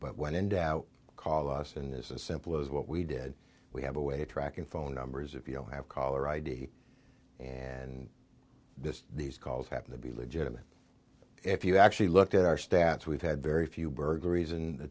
but when in doubt call us in this as simple as what we did we have a way of tracking phone numbers if you don't have caller id and this these calls have to be legitimate if you actually look at our stats we've had very few burglaries in the